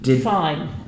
fine